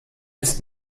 ist